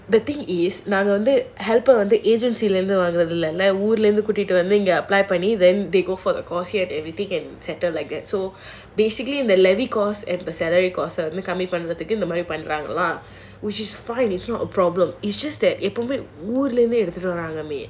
ya so the thing is நான் வந்து ஊர்ல இருந்து கூட்டிட்டு வந்து:naan vandhu oorla irunthu kootitu vandhu then they go for the course and everything and settle like that so basically the levi cost and salary cost கம்மி பண்றதுக்கு இந்த மாதிரி பண்ராங்களா:kammi pandrathuku indha maadhiri pandraangalaa which is fine it's not a problem